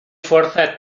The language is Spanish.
fuerzas